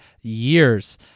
years